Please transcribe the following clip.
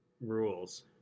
rules